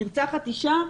נרצחת אישה,